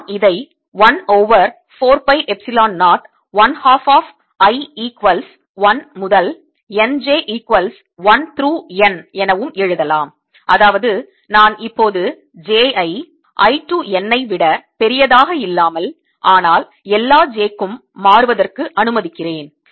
நான் இதை 1 over 4 pi epsilon 0 1 half of i equals 1 முதல் N j equals 1 through N எனவும் எழுதலாம் அதாவது நான் இப்போது J ஐ i to N ஐ விட பெரியதாக இல்லாமல் ஆனால் எல்லா j க்கும் மாறுவதற்கு அனுமதிக்கிறேன்